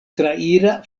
traira